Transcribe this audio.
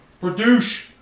Produce